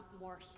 more